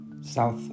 South